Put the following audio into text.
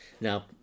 Now